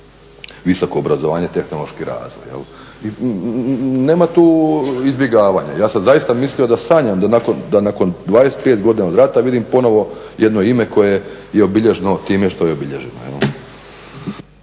visoko obrazovanje, tehnološki razvoj. Nema tu izbjegavanja. Ja sam zaista mislio da sanjam da nakon 25 godina od rata vidim ponovo jedno ime koje je obilježeno time što je obilježeno,